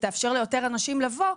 שתאפשר ליותר אנשים לבוא,